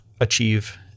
achieve